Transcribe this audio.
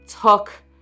took